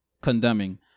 condemning